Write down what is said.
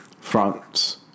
France